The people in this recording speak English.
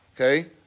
Okay